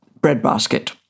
breadbasket